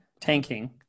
tanking